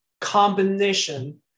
combination